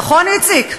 נכון, איציק?